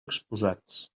exposats